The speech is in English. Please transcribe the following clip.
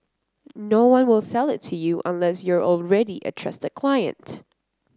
no one will sell it to you unless you're already a trusted client